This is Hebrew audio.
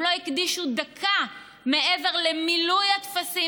הם לא הקדישו דקה מעבר למילוי הטפסים